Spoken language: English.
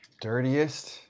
Dirtiest